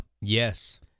Yes